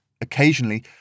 Occasionally